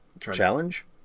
Challenge